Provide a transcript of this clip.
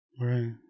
Right